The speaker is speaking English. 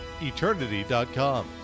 eternity.com